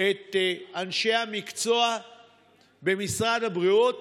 את אנשי המקצוע במשרד הבריאות.